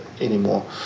anymore